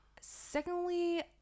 Secondly